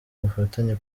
ubufatanye